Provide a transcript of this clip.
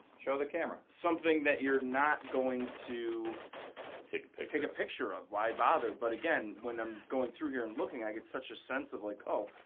show the camera. something that you're not going to take a picture a picture of. why bother. but again, when i'm going through here and looking i get such a sense of like oh.